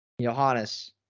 Johannes